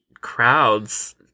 crowds